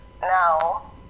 Now